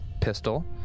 Pistol